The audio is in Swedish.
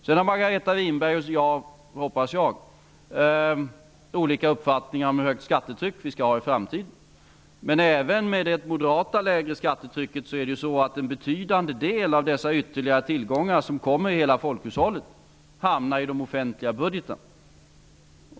Sedan har Margareta Winberg och jag, hoppas jag, olika uppfattningar om hur högt skattetryck vi skall ha i framtiden. Men även med det moderata lägre skattetrycket hamnar en betydande del av dessa ytterligare tillgångar som kommer till hela folkhushållet i den offentliga budgeten.